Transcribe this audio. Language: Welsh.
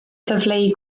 cyfleu